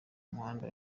muhanda